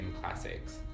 classics